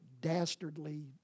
dastardly